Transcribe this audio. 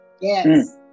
Yes